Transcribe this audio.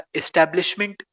establishment